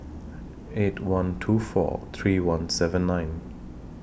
eight one two four three one seven nine